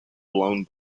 blown